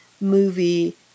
movie